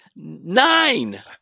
nine